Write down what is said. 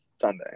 Sunday